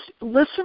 listen